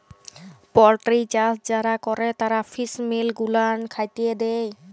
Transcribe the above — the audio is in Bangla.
পলটিরি চাষ যারা ক্যরে তারা ফিস মিল গুলান খ্যাতে দেই